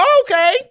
okay